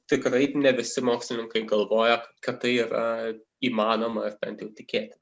tikrai ne visi mokslininkai galvoja kad tai yra įmanoma ar bent jau tikėti